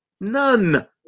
None